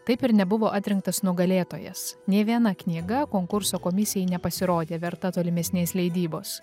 taip ir nebuvo atrinktas nugalėtojas nei viena knyga konkurso komisijai nepasirodė verta tolimesnės leidybos